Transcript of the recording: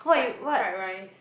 fried fried rice